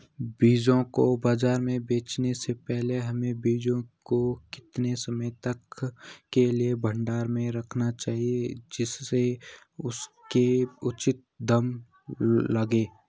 बीजों को बाज़ार में बेचने से पहले हमें बीजों को कितने समय के लिए भंडारण में रखना चाहिए जिससे उसके उचित दाम लगें?